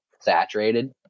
saturated